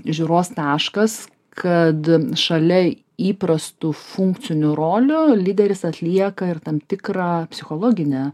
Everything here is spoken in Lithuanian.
žiūros taškas kad šalia įprastų funkcinių rolių lyderis atlieka ir tam tikrą psichologinę